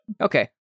Okay